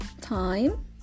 time